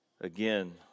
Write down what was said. again